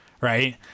Right